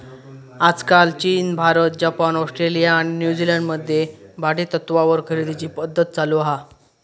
आजकाल चीन, भारत, जपान, ऑस्ट्रेलिया आणि न्यूजीलंड मध्ये भाडेतत्त्वावर खरेदीची पध्दत चालु हा